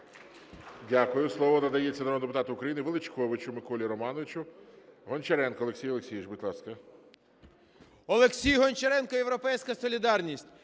Дякую. Слово надається народному депутату України Величковичу Миколі Романовичу. Гончаренко Олексій Олексійович, будь ласка. 13:45:25 ГОНЧАРЕНКО О.О. Олексій Гончаренко, "Європейська солідарність".